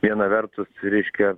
viena vertus reiškia